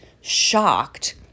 shocked